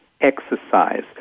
exercise